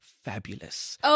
Fabulous